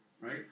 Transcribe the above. right